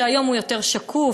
שהיום הוא יותר שקוף,